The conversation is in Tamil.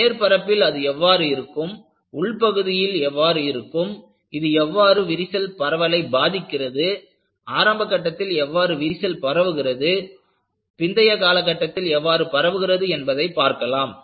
மேற்பரப்பில் அது எவ்வாறு இருக்கும் உள்பகுதியில் எவ்வாறு இருக்கும் இது எவ்வாறு விரிசல் பரவலை பாதிக்கிறது ஆரம்ப கட்டத்தில் எவ்வாறு விரிசல் பரவுகிறது பிந்தைய காலகட்டத்தில் எவ்வாறு பரவுகிறது என்பதை பார்க்கலாம்